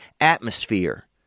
atmosphere